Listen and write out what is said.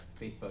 Facebook